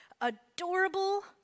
adorable